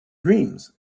dreams